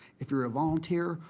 you're a volunteer,